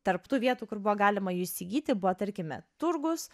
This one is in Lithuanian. tarp tų vietų kur buvo galima jų įsigyti buvo tarkime turgūs